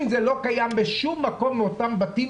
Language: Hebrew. אם זה לא קיים בשום מקום מאותם בתים,